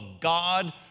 God